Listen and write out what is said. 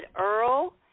Earl